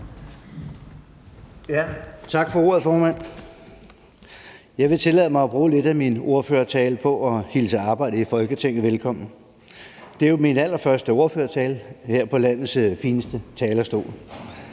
Tak for ordet, formand. Jeg vil tillade mig at bruge lidt af min ordførertale på at hilse arbejdet i Folketinget velkommen. Det er jo min allerførste ordførertale her fra landets fineste talerstol.